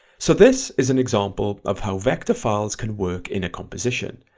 so this is an example of how vector files can work in a composition,